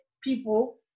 people